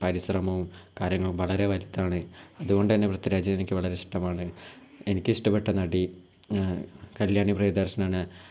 പരിശ്രമോം കാര്യങ്ങളും വളരെ വലുതാണ് അതോണ്ടന്നെ പൃഥ്വിരാജ് എനിക്ക് വളരെ ഇഷ്ടമാണ് എനിക്കിഷ്ടപ്പെട്ട നടി കല്യാണി പ്രിയദർശനാണ്